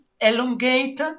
elongate